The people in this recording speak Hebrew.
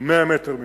100 מטר ממחסום,